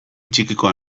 txikikoa